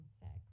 sex